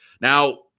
Now